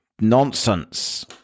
Nonsense